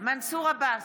מנסור עבאס,